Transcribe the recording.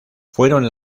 fueron